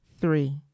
Three